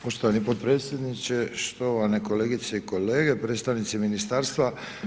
Poštovani potpredsjedniče, štovane kolegice i kolege, predstavnici ministarstva.